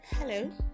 Hello